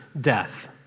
death